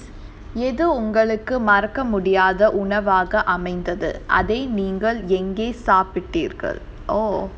எது உங்களுக்கு மறக்க முடியாத உணவாக அமைந்தது அதை நீங்கள் எங்கே சாப்பிடீர்கள்:edhu ungaluku maraka mudiyaatha unavaaga amainthathu adha neenga enge saapteergal oh